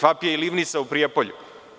FAP je i livnica u Prijepolju.